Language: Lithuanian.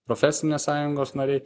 profesinės sąjungos nariai